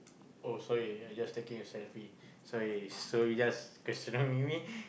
oh so you're just taking a selfie so you so you just questioning me